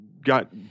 got –